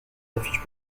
affiches